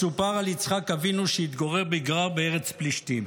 מסופר על יצחק אבינו, שהתגורר בגרר בארץ פלשתים.